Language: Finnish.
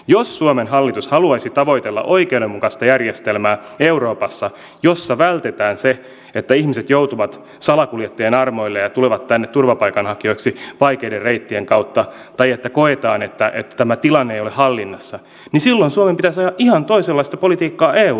jos suomen hallitus haluaisi tavoitella oikeudenmukaista järjestelmää euroopassa jolla vältettäisiin se että ihmiset joutuvat salakuljettajien armoille ja tulevat tänne turvapaikanhakijoiksi vaikeiden reittien kautta tai jos koetaan että tämä tilanne ei ole hallinnassa niin silloin suomen pitäisi ajaa ihan toisenlaista politiikkaa eu tasolla